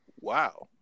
Wow